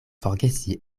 forgesi